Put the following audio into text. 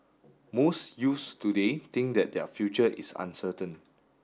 most youths today think that their future is uncertain